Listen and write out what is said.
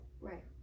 Right